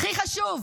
והכי חשוב,